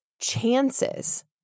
chances